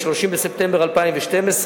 30 בספטמבר 2012,